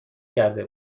کرده